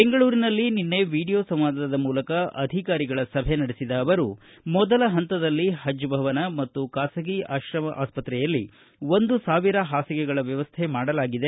ಬೆಂಗಳೂರಿನಲ್ಲಿ ನಿನ್ನೆ ವಿಡಿಯೋ ಸಂವಾದದ ಮೂಲಕ ಅಧಿಕಾರಿಗಳ ಸಭೆ ನಡೆಸಿದ ಅವರು ಮೊದಲ ಹಂತದಲ್ಲಿ ಹಜ್ ಭವನ ಮತ್ತು ಖಾಸಗಿ ಆಶ್ರಮ ಆಸ್ಪತ್ರೆಯಲ್ಲಿ ಒಂದು ಸಾವಿರ ಹಾಸಿಗೆಗಳ ವ್ಚವಸ್ಥೆ ಮಾಡಲಾಗಿದೆ